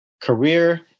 Career